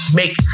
make